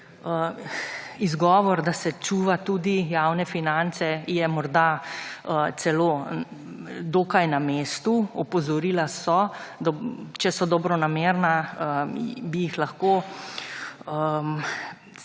Izgovor, da se čuva tudi javne finance je morda celo dokaj na mestu, opozorila so, če so dobronamerna bi jih lahko razumem